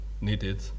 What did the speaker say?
needed